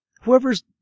whoever's